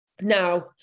Now